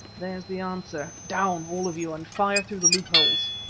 there's the answer. down, all of you, and fire through the loopholes.